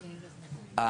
הלאה.